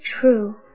true